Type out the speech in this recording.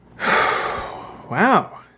Wow